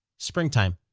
springtime.